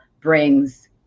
brings